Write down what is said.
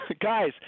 Guys